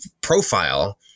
profile